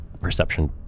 perception